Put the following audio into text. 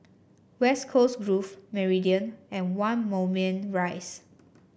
West Coast Grove Meridian and One Moulmein Rise